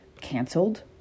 canceled